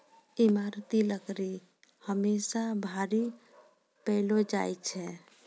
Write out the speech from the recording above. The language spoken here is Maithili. ईमारती लकड़ी हमेसा भारी पैलो जा छै